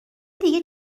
دیگه